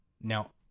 Now